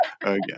again